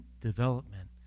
development